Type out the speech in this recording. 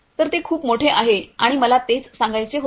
तर ते खूप मोठे आहे आणि मला तेच सांगायचे होते